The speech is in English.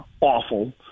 awful